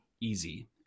easy